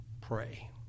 Pray